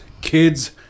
kids